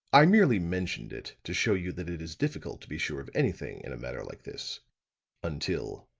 i merely mentioned it to show you that it is difficult to be sure of anything in a matter like this until,